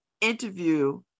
interview